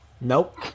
Nope